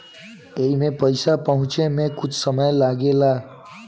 एईमे पईसा पहुचे मे कुछ समय लागेला